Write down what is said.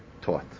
taught